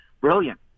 brilliant